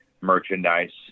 merchandise